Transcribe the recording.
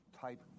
type